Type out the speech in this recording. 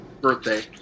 birthday